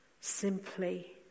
simply